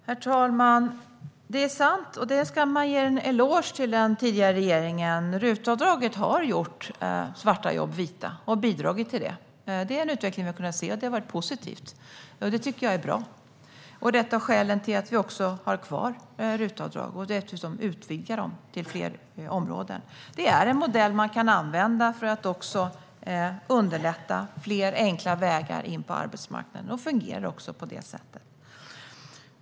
Herr talman! Det är sant, och det ska man ge en eloge till den tidigare regeringen för, att RUT-avdraget har bidragit till att göra svarta jobb vita. Den utvecklingen har vi kunnat se, och den har varit positiv och bra. Det är ett av skälen till att vi har kvar RUT-avdraget och dessutom utvidgar det till fler områden. Det är en modell som man kan använda för att underlätta för fler enkla vägar in på arbetsmarknaden. Det är så det fungerar.